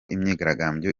imyigaragambyo